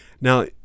Now